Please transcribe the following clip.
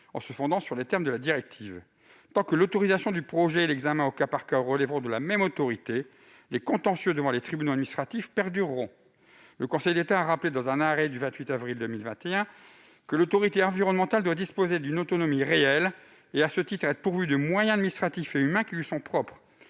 en se fondant sur les termes de la directive. Tant que l'autorisation du projet et l'examen au cas par cas relèveront de la même autorité, les contentieux devant les tribunaux administratifs perdureront. Le Conseil d'État a rappelé, dans un arrêt du 28 avril 2021, que l'autorité environnementale doit disposer d'une autonomie réelle et, à ce titre, être pourvue de moyens administratifs et humains qui lui sont propres.